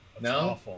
no